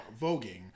voguing